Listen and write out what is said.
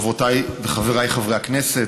חברותיי וחבריי חברי הכנסת,